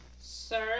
sir